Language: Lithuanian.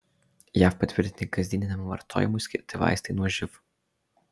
jav patvirtinti kasdieniniam vartojimui skirti vaistai nuo živ